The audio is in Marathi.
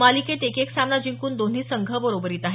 मालिकेत एक एक सामना जिंकून दोन्ही संघ बरोबरीत आहेत